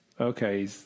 okay